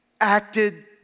acted